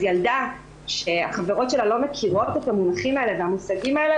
אז ילדה שהחברות שלה לא מכירות את המונחים האלה והמושגים האלה,